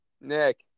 Nick